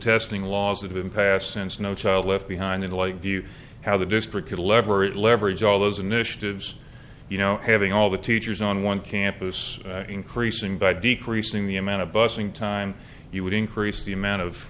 testing laws that have been passed since no child left behind in lakeview how the district could leverage leverage all those initiatives you know having all the teachers on one campus increasing by decreasing the amount of busing time you would increase the amount of